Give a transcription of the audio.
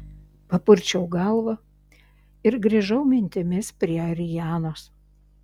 papurčiau galvą ir grįžau mintimis prie arianos